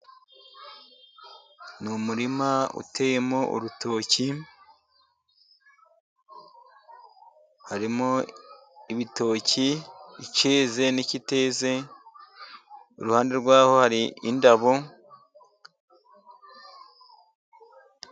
Ni umurima uteyemo urutoki, harimo ibitoki icyeze n'ikiteze, iruhande rw'aho hari indabo.